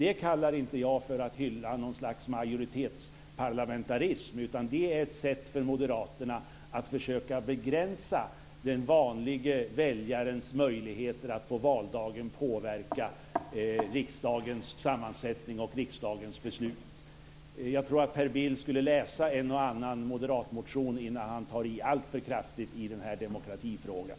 Det kallar inte jag för att hylla något slags majoritetsparlamentarism, utan det är ett sätt för moderaterna att försöka begränsa den vanlige väljarens möjligheter att på valdagen påverka riksdagens sammansättning och riksdagens beslut. Jag tycker att Per Bill borde läsa en och annan moderatmotion innan han tar i alltför kraftigt i den här demokratifrågan.